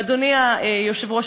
אדוני היושב-ראש,